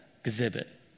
exhibit